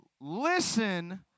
Listen